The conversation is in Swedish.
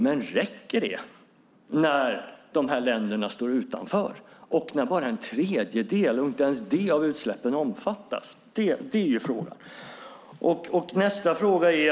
Men räcker det när dessa länder står utanför och när bara en tredjedel av utsläppen - inte ens det - omfattas?